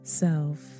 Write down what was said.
self